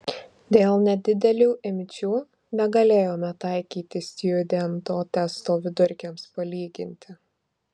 dėl nedidelių imčių negalėjome taikyti stjudento testo vidurkiams palyginti